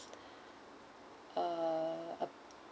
uh uh